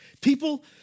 people